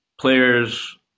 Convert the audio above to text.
players